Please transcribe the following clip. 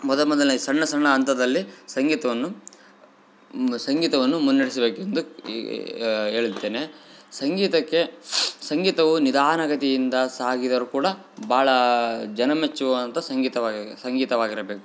ಮೊದ ಮೊದಲೆ ಸಣ್ಣ ಸಣ್ಣ ಅಂಥದ್ದಲ್ಲಿ ಸಂಗೀತವನ್ನು ಮ ಸಂಗೀತವನ್ನು ಮುನ್ನಡೆಸಬೇಕ್ಕೆಂದು ಹೇಳಿದ್ದೇನೆ ಸಂಗೀತಕ್ಕೆ ಸಂಗೀತವು ನಿಧಾನಗತಿಯಿಂದ ಸಾಗಿದರು ಕೂಡ ಭಾಳ ಜನ ಮೆಚ್ಚುವಂಥ ಸಂಗೀತವಗಗೆ ಸಂಗೀತವಾಗಿರಬೇಕು